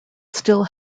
still